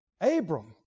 Abram